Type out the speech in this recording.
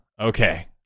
okay